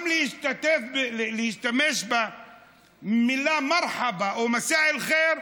גם להשתמש במילה "מרחבא" או "מסא אל-ח'יר"